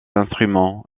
instruments